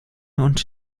und